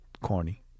corny